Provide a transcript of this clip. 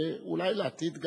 ואולי גם לעתיד.